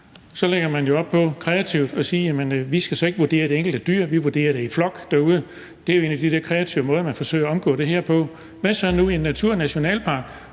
Så lægger man op til kreativt at sige: Vi skal ikke vurdere det enkelte dyr, vi vurderer det i flok derude. Det er jo en af de der kreative måder, man forsøger at omgå det her på. Hvad så nu i en naturnationalpark,